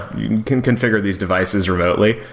you can configure these devices remotely.